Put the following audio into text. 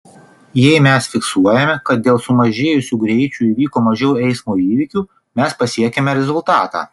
jei mes fiksuojame kad dėl sumažėjusių greičių įvyko mažiau eismo įvykių mes pasiekiame rezultatą